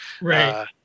Right